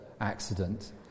accident